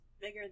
bigger